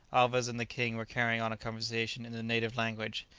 alvez and the king were carrying on a conversation in the native language,